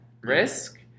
risk